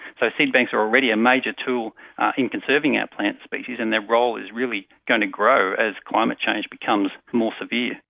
so seed banks are already a major tool in conserving our plant species, and their role is really going to grow as climate change becomes more severe.